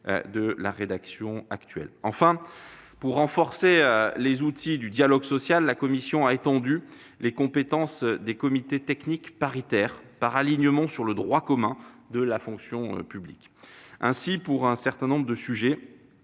de la rédaction actuelle. Enfin, pour renforcer les outils du dialogue social, la commission a étendu les compétences des comités techniques paritaires, par alignement sur le droit commun de la fonction publique. Ainsi, pour un certain nombre de sujets,